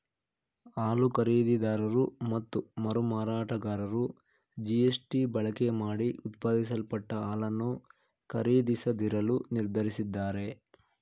ಹಾಲು ಖರೀದಿದಾರರು ಮತ್ತು ಮರುಮಾರಾಟಗಾರರು ಬಿ.ಎಸ್.ಟಿ ಬಳಕೆಮಾಡಿ ಉತ್ಪಾದಿಸಲ್ಪಟ್ಟ ಹಾಲನ್ನು ಖರೀದಿಸದಿರಲು ನಿರ್ಧರಿಸಿದ್ದಾರೆ